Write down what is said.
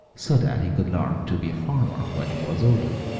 so that he could learn to be a farmer when he was older,